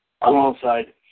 Alongside